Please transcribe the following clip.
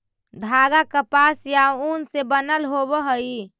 धागा कपास या ऊन से बनल होवऽ हई